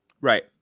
Right